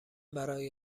برای